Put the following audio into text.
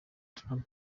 trump